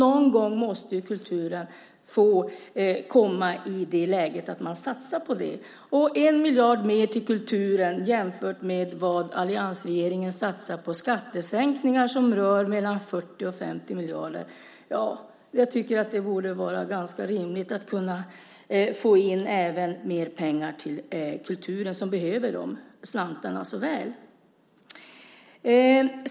Någon gång måste ju kulturen få komma i det läget att man satsar på den. 1 miljard mer till kulturen kan jämföras med vad alliansregeringen satsar på skattesänkningar. Det rör sig om mellan 40 och 50 miljarder. Jag tycker att det borde vara ganska rimligt att även kunna få in mer pengar till kulturen, som så väl behöver de slantarna.